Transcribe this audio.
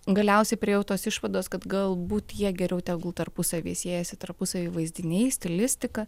galiausiai priėjau tos išvados kad galbūt jie geriau tegul tarpusavyj siejasi tarpusavyj vaizdiniais stilistika